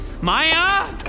Maya